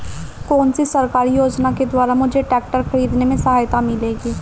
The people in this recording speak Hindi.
कौनसी सरकारी योजना के द्वारा मुझे ट्रैक्टर खरीदने में सहायता मिलेगी?